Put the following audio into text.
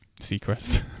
Seacrest